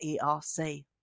ERC